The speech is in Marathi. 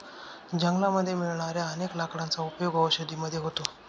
जंगलामध्ये मिळणाऱ्या अनेक लाकडांचा उपयोग औषधी मध्ये होतो